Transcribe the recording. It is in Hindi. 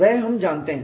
वह हम जानते हैं